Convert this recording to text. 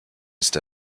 ist